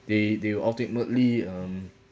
they they will ultimately um